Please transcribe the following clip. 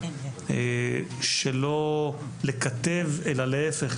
שלא לקטב אלא להפך,